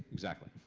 exactly.